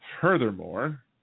Furthermore